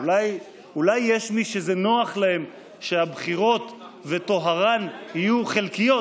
אולי יש מי שזה נוח להם שהבחירות וטוהרן יהיו חלקיים.